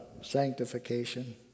sanctification